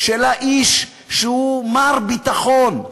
של האיש שהוא מר ביטחון,